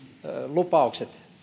lupaukset